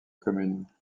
commune